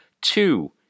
two